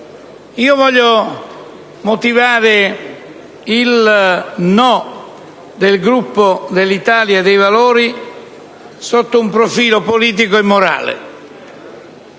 Voglio motivare il no del Gruppo dell'Italia dei Valori sotto un profilo politico e morale.